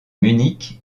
munich